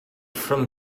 from